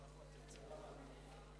אנחנו עוברים להצעה לסדר-היום,